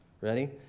ready